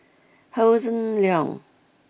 Hossan Leong